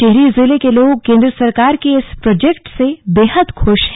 टिहरी जिले के लोग केंद्र सरकार के इस प्रोजेक्ट से बेहद खुश हैं